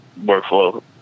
workflow